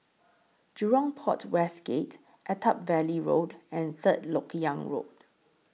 Jurong Port West Gate Attap Valley Road and Third Lok Yang Road